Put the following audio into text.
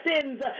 sins